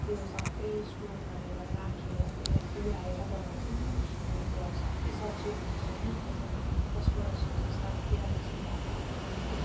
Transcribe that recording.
त्यो सबै स्टोर गरेर राखेर त्यसलाई कुहाएर बनाउँछ नि त अन्त त्यो अब सबै सब्जीहरू हुन्छ होइन कसैमा फसफरस हुन्छ जस्तो अब केराको छिल्काहरू हाल्छौँ